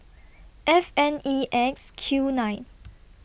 F N E X Q nine